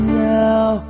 now